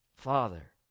father